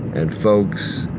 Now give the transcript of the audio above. and folks